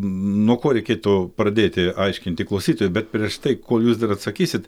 nuo ko reikėtų pradėti aiškinti klausytojui bet prieš tai kol jūs dar atsakysit